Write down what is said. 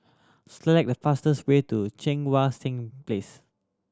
select the fastest way to Cheang Wan Seng Place